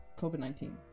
COVID-19